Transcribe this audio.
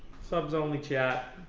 subs only chat